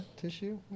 tissue